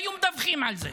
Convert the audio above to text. היו מדווחים על זה,